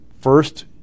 first